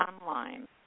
online